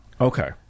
Okay